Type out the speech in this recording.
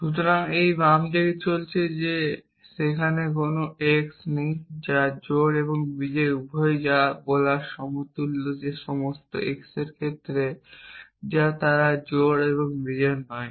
সুতরাং এই বাম দিকটি বলছে যে সেখানে কোন x নেই যা জোড় এবং বিজোড় উভয়ই যা বলার সমতুল্য যে সমস্ত x এর ক্ষেত্রে যা তারা জোড় এবং বিজোড় নয়